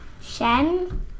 Shen